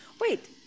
Wait